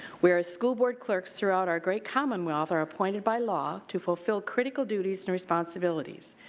whereas school board clerks throughout our great commonwealth are appointed by law to fulfill critical duties and responsibilities,